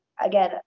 again